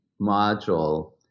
module